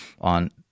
on